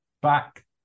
back